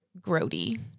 grody